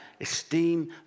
Esteem